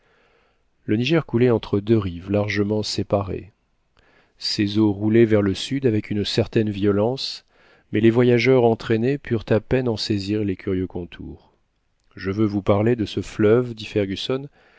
le niger coulait entre deux rives largement séparées ses eaux roulaient vers le sud avec une certaine violence mais les voyageurs entraînés purent à peine en saisir les curieux contours je veux vous parler de ce fleuve dit